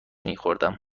میخوردم